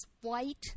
white